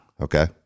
Okay